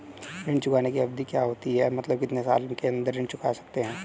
ऋण चुकाने की अवधि क्या होती है मतलब कितने साल के अंदर ऋण चुका सकते हैं?